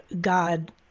God